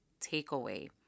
takeaway